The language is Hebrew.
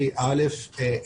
אל"ף,